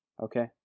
okay